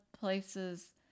Places